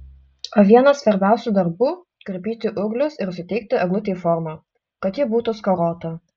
o vienas svarbiausių darbų karpyti ūglius ir suteikti eglutei formą kad ji būtų skarota